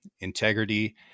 integrity